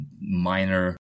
minor